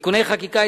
(תיקוני חקיקה),